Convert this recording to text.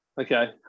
Okay